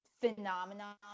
phenomenon